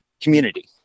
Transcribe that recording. community